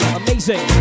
amazing